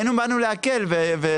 באנו להקל.